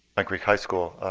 like creek high school.